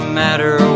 matter